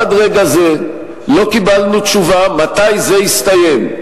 עד רגע זה לא קיבלנו תשובה מתי זה יסתיים,